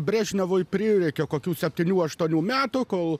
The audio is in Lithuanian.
brežnevui prireikė kokių septynių aštuonių metų kol